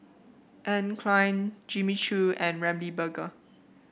Anne Klein Jimmy Choo and Ramly Burger